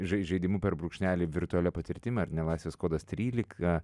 žai žaidimu per brūkšnelį virtualia patirtim ar ne laisvės kodas trylika